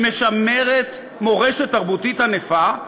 היא משמרת מורשת תרבותית ענפה,